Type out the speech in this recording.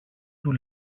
του